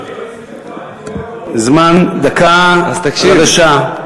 זמן דקה, בבקשה.